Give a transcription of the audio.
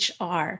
HR